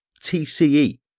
TCE